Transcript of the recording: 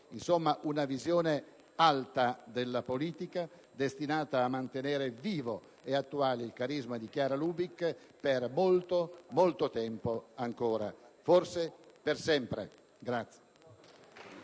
insomma, una visione alta della politica, destinata a mantenere vivo ed attuale il carisma di Chiara Lubich per molto, molto tempo ancora, forse per sempre.